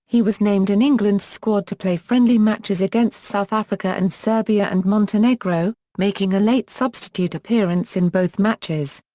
he was named in england's squad to play friendly matches against south africa and serbia and montenegro, making a late substitute appearance in both matches.